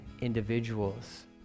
individuals